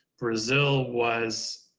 brazil was